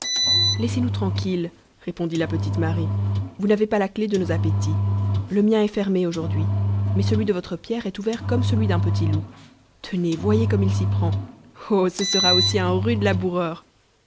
laissez-nous tranquilles répondit la petite marie vous n'avez pas la clef de nos appétits le mien est fermé aujourd'hui mais celui de votre pierre est ouvert comme celui d'un petit loup tenez voyez comme il s'y prend oh ce sera aussi un rude laboureur